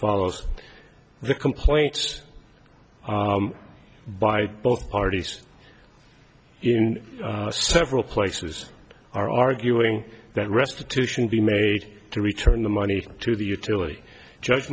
follows the complaints by both parties in several places are arguing that restitution be made to return the money to the utility judg